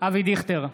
אבי דיכטר,